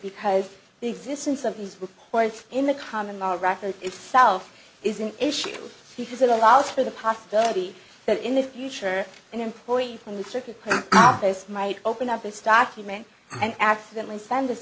because the existence of these reports in the common law itself is an issue because it allows for the possibility that in the future an employee from the circuit office might open up this document and accidently send